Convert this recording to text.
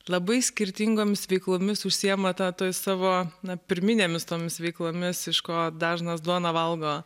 labai skirtingomis veiklomis užsiima ta toj savo pirminėmis tomis veiklomis iš ko dažnas duoną valgo